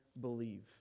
believe